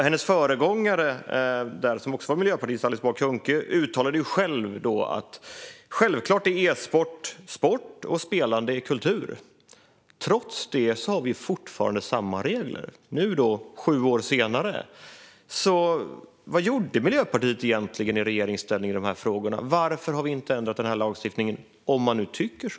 Hennes föregångare där, som också var miljöpartist, Alice Bah Kuhnke, uttalade att esport självklart är sport och att spelande är kultur. Trots det har vi fortfarande samma regler nu sju år senare. Vad gjorde Miljöpartiet egentligen i regeringsställning i dessa frågor? Varför har lagstiftningen inte ändrats om man nu tycker så?